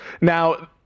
Now